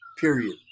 period